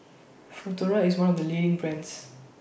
Futuro IS one of The leading brands